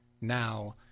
now